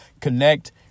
connect